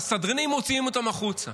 והסדרנים מוציאים אותם החוצה.